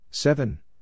Seven